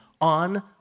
on